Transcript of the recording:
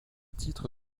titre